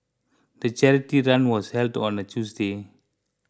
the charity run was held on a Tuesday